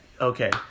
Okay